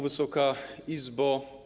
Wysoka Izbo!